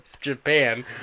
japan